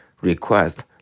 request